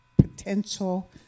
potential